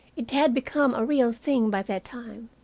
it had become a real thing by that time,